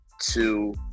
two